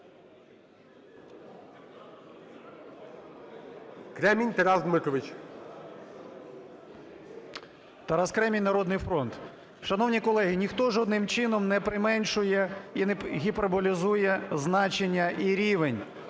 КРЕМІНЬ Т.Д. Тарас Кремінь, "Народний фронт". Шановні колеги, ніхто жодним чином не применшує і не гіперболізує значення і рівень